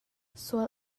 sual